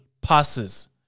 passes